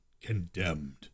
condemned